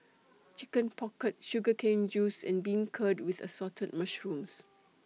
Chicken Pocket Sugar Cane Juice and Beancurd with Assorted Mushrooms